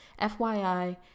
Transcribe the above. FYI